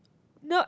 not